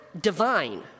Divine